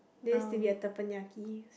there used to be a Tepenyaki